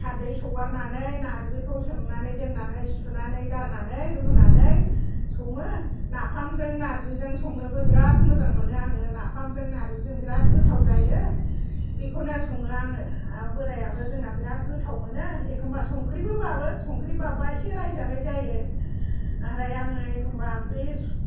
खारदै सगारनानै नारजिखौ सोमनानै दोननानै सुनानै गारनानै रुनानै सङो नाफामजों नारजिजों संनोबो बिराद मोजां मोनो आङो नाफामजों नारजिजों बिराद गोथाव जायो बिखौनो सङो आङो आर बोरायाबो जोंना बिराद गोथाव मोनो एखमबा संख्रैबो बाबो संख्रै बाबबा ऐसे रायजानाय जायो आरो आङो एखमबा बे